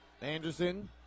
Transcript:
Anderson